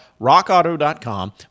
RockAuto.com